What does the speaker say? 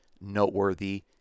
noteworthy